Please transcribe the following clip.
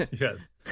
Yes